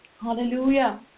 hallelujah